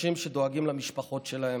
אנשים שדואגים למשפחות שלהם,